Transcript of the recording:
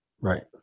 Right